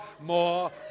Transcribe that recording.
more